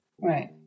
Right